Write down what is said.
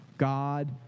God